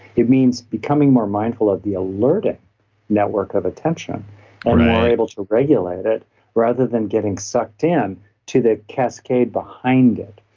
it means becoming more mindful of the alerting network of attention and we're able to regulate it rather than getting sucked in to the cascade behind it.